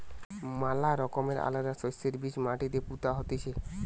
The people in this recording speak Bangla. ম্যালা রকমের আলাদা শস্যের বীজ মাটিতে পুতা হতিছে